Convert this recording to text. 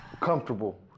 Comfortable